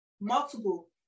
multiple